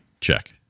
Check